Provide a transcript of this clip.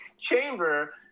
chamber